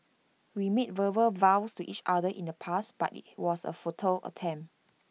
we made verbal vows to each other in the past but IT was A futile attempt